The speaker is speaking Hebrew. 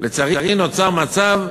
ולצערי נוצר מצב,